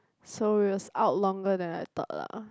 so it was out longer than I thought lah